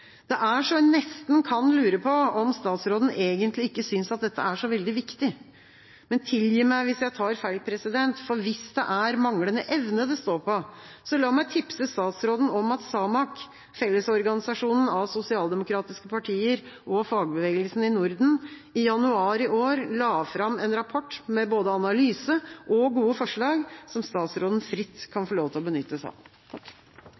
Det er så en nesten kan lure på om statsråden egentlig ikke synes at dette er så veldig viktig. Tilgi meg hvis jeg tar feil, for hvis det er manglende evne det står på, så la meg tipse statsråden om at SAMAK, fellesorganisasjonen av sosialdemokratiske partier og fagbevegelsen i Norden, i januar i år la fram en rapport med både analyse og gode forslag, som statsråden fritt kan få lov til å benytte seg av.